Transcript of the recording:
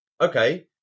okay